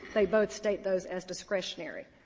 they both state those as discretionary.